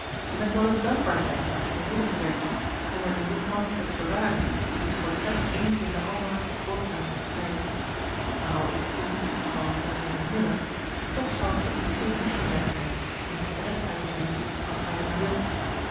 en men zal u dankbaar zijn dat gij medegewerkt hebt om er den jonkman voor te bewaren wiens portret eens in den almanach de gotha moet prijken maar al is dit niet het geval met onzen heer muller toch zou het voor u geen heksenwerk zijn diens adres uit te vinden als gij het maar wilt